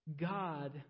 God